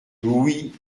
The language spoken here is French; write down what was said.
louis